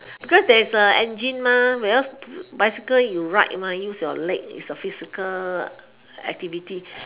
because there's a engine whereas bicycle you ride use your leg is a physical activity